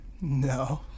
No